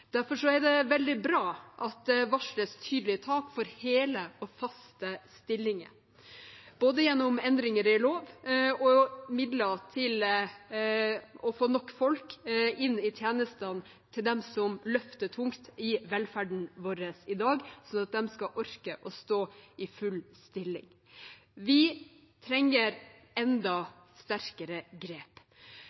Derfor er det veldig bra at det varsles tydelige tak for hele og faste stillinger, både gjennom endringer i lov og gjennom midler for å få nok folk inn i tjenestene til dem som løfter tungt i velferden vår i dag, sånn at de skal orke å stå i full stilling. Vi trenger enda sterkere grep.